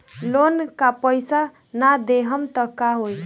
Loan का पैस न देहम त का होई?